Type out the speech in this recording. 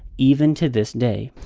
even to this day.